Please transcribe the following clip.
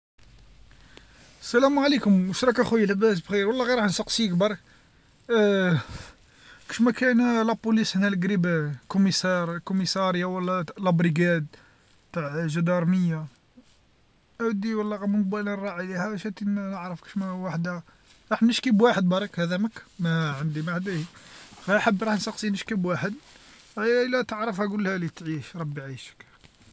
السلام عليكم، واش راك آخويا لاباس بخير، والله غير راح نسقسيك برك، كشما كاين الشرطة هنا اللي قريب ل كوميس- كوميساريه ولا- لابريقاد تاع جدارميه، أودي والله كشما وحده، راح نشكي بواحد برك، هذا ما كان، ما عندي، غي حاب راح نسقسي نشكي بواحد، أيا لا تعرفها تعرفها قولهالي تعيش ربي عيشك.